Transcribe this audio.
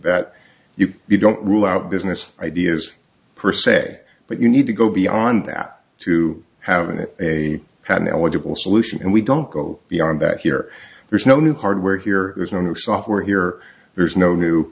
that you don't rule out business ideas per se but you need to go beyond that to have an a half an eligible solution and we don't go beyond that here there's no new hardware here there's no new software here there's no new